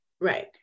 right